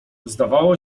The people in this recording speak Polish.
zdawało